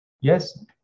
yes